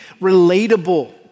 relatable